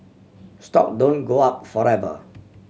stock don't go up forever